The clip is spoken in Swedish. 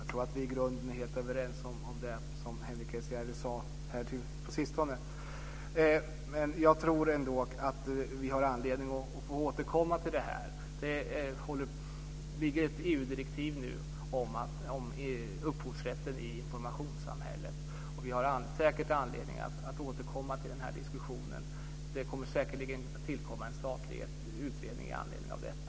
Fru talman! Jag tror att vi i grunden är helt överens om det som Henrik S Järrel sade sist. Vi har anledning att återkomma till frågan. Nu ligger ett EU Vi har säkert anledning att återkomma till diskussionen. Det kommer säkerligen att tillsättas en statlig utredning med anledning av frågan.